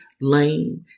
lame